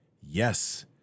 Yes